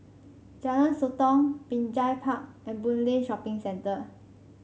Jalan Sotong Binjai Park and Boon Lay Shopping Centre